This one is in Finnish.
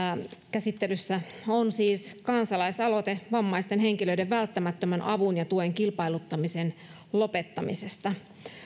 käsittelyssä on siis kansalaisaloite vammaisten henkilöiden välttämättömän avun ja tuen kilpailuttamisen lopettamisesta